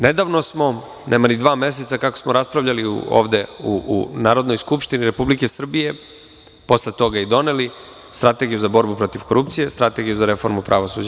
Nedavno smo, nema ni dva meseca kako smo raspravljali ovde u Narodnoj skupštini Republike Srbije, posle toga je i doneli, Strategiju za borbu protiv korupcije, Strategiju za reformu pravosuđa.